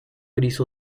gris